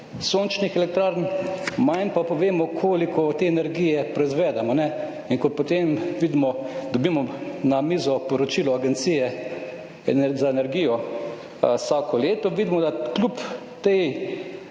sončnih elektrarn, manj pa povemo, koliko te energije proizvedemo. In ko potem vidimo, dobimo na mizo poročilo Agencije za energijo, vsako leto, vidimo, da je pa kljub tej